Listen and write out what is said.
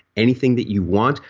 anything that you want,